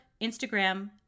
Instagram